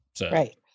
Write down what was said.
Right